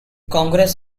congress